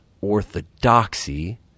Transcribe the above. orthodoxy